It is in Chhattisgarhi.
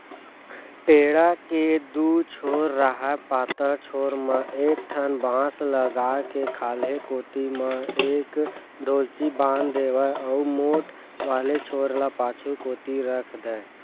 टेंड़ा के दू छोर राहय पातर छोर म एक ठन बांस लगा के खाल्हे कोती म एक डोल्ची बांध देवय अउ मोठ वाले छोर ल पाछू कोती रख देय